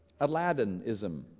Aladdinism